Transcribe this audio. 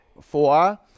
Four